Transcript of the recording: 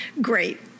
Great